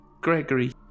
Gregory